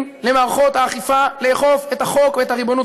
למערכות האכיפה לאכוף את החוק ואת הריבונות.